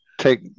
take